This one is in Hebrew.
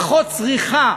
פחות צריכה